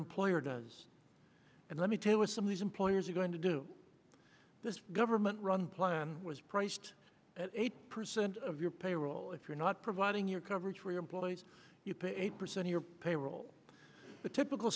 employer does and let me tell you as some of these employers are going to do this government run plan was priced at eight percent of your payroll if you're not providing your coverage for your employees you pay eight percent your payroll the typical